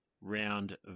round